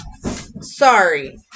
Sorry